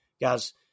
Guys